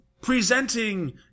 presenting